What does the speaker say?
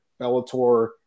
bellator